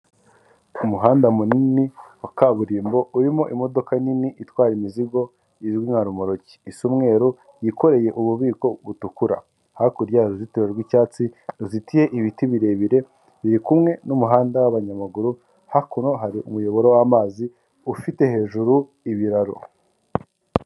Ku muhanda munini wa kaburimbo urimo imodoka nini itwara imizigo izwi nka romoroki, isa umweru yikoreye ububiko butukura, hakurya hari uruzitiro rw'icyatsi ruzitiye ibiti birebire biri kumwe n'umuhanda w'abanyamaguru, hakuno hari umuyoboro w'amazi ufite hejuru ibiraro.